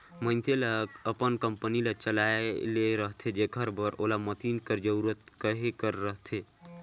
मइनसे ल अपन कंपनी ल चलाए ले रहथे जेकर बर ओला मसीन कर जरूरत कहे कर रहथे